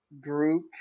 group